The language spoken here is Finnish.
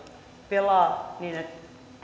pelaa niin että